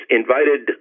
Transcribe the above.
invited